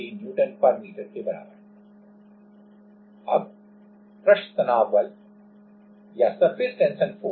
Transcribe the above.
अब मैं मानता हूं कि सतह तनाव गुणांक surface tension coefficient surface tension coefficient γ का मान 0073Nm के बराबर है